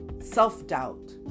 self-doubt